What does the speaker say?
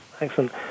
Excellent